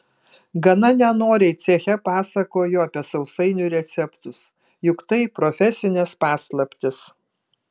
gana nenoriai ceche pasakojo apie sausainių receptus juk tai profesinės paslaptys